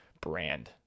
brand